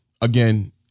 again